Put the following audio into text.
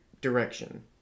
direction